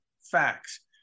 facts